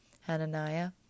Hananiah